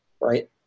right